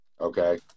Okay